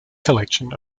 collection